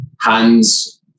hands